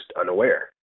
unaware